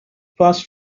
fast